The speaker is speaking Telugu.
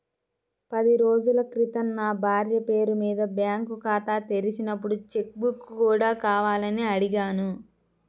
పది రోజుల క్రితం నా భార్య పేరు మీద బ్యాంకు ఖాతా తెరిచినప్పుడు చెక్ బుక్ కూడా కావాలని అడిగాను